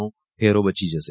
નો ફેરો બચી જશે